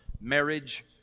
Marriage